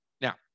Now